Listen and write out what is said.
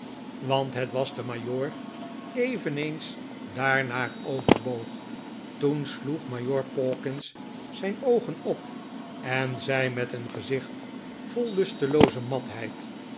want het was de majoor eveneens daarnaar oveirboog toen sloeg majoor pawkins zijn oogen op en zei met een gezicht vol lustelooze matheid